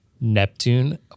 Neptune